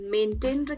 Maintain